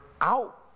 out